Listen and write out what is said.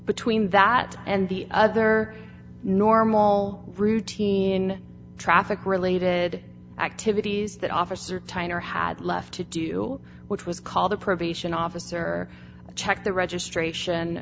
between that and the other normal routine traffic related activities that officer tyner had left to do which was call the probation officer check the registration